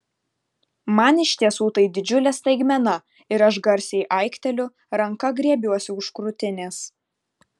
man iš tiesų tai didžiulė staigmena ir aš garsiai aikteliu ranka griebiuosi už krūtinės